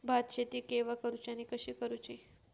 भात शेती केवा करूची आणि कशी करुची?